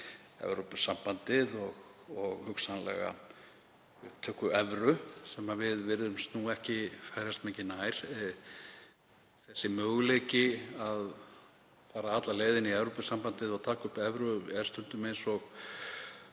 Evrópusambandið og hugsanlega upptöku evru sem við virðumst ekki færast mikið nær. Sá möguleiki að fara alla leið inn í Evrópusambandið og taka upp evru er stundum eins og